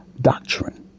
doctrine